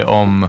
om